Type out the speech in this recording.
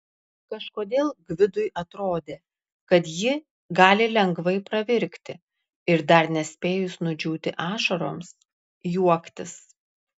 kažkodėl gvidui atrodė kad ji gali lengvai pravirkti ir dar nespėjus nudžiūti ašaroms juoktis